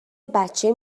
بچه